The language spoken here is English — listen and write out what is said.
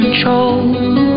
control